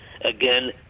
Again